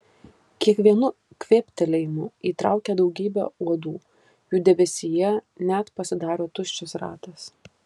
kiekvienu kvėptelėjimu įtraukia daugybę uodų jų debesyje net pasidaro tuščias ratas